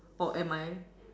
or am I